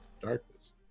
darkness